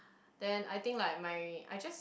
then I think like my I just